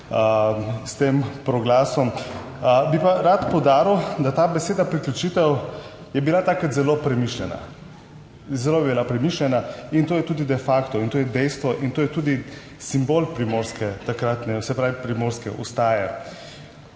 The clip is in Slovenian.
s tem proglasom, bi pa rad poudaril, da ta beseda priključitev je bila takrat zelo premišljena. Zelo je bila premišljena in to je tudi de facto in to je dejstvo in to je tudi simbol primorske takratne, se pravi primorske vstaje.